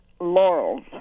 laurels